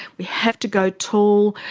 we have to go tall.